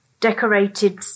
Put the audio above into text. decorated